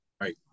Right